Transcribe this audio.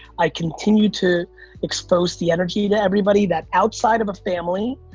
i continue to expose the energy to everybody that outside of a family,